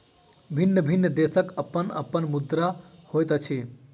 भिन्न भिन्न देशक अपन अपन मुद्रा होइत अछि